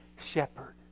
shepherd